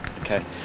Okay